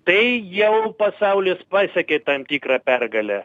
tai jau pasaulis pasiekė tam tikrą pergalę